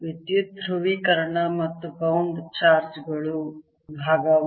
ವಿದ್ಯುತ್ ಧ್ರುವೀಕರಣ ಮತ್ತು ಬೌಂಡ್ ಚಾರ್ಜ್ ಗಳು I